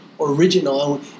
original